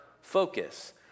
focus